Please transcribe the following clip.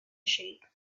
shape